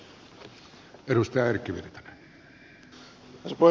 arvoisa puhemies